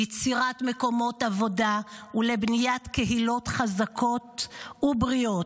ליצירת מקומות עבודה ולבניית קהילות חזקות ובריאות.